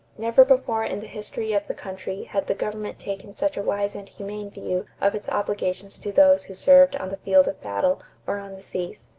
never before in the history of the country had the government taken such a wise and humane view of its obligations to those who served on the field of battle or on the seas.